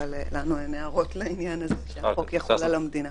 אבל לנו אין הערות לעניין הזה שהחוק יחול על המדינה.